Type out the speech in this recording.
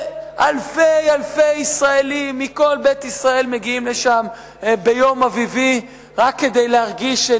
אלפי אלפי ישראלים מכל בית ישראל מגיעים לשם ביום אביבי רק כדי להרגיש,